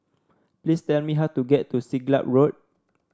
please tell me how to get to Siglap Road